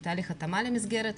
בתהליך התאמה למסגרת.